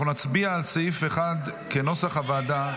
אנחנו נצביע על סעיף 1 כנוסח הוועדה.